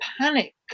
panic